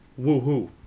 woohoo